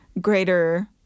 greater